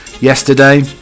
yesterday